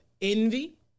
envy